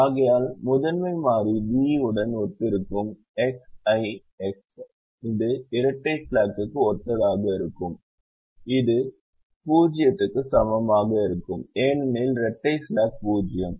ஆகையால் முதன்மை மாறிக்கு v உடன் ஒத்திருக்கும் xi xx இது இரட்டை ஸ்லாக்க்கு ஒத்ததாக இருக்கும் இது 0 க்கு சமமாக இருக்கும் ஏனெனில் இரட்டை ஸ்லாக் 0